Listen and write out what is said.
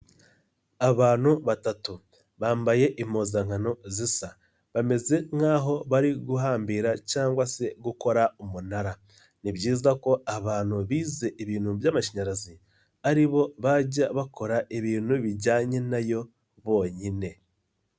Abantu batatu bambaye impuzankano zisa, bameze nk'aho bari guhambira cyangwa se gukora umunara. Ni byiza ko abantu bize ibintu by'amashanyarazi, ari bo bajya bakora ibintu bijyanye nayo bonyine.